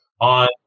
on